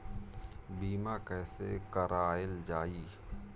बीमा कैसे कराएल जाइ?